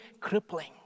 crippling